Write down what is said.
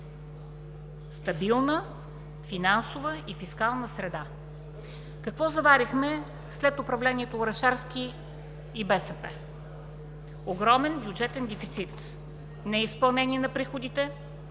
Стабилна, финансова и фискална среда. Какво заварихме след управлението Орешарски и БСП? Огромен бюджетен дефицит, неизпълнение на приходите,